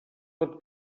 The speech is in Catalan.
pot